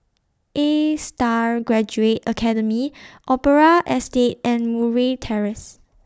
A STAR Graduate Academy Opera Estate and Murray Terrace